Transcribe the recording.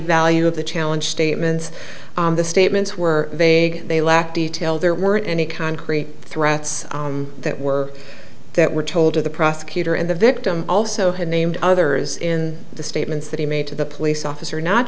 value of the challenge statements the statements were vague they lack detail there weren't any concrete threats that were that were told to the prosecutor and the victim also had named others in the statements that he made to the police officer